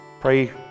pray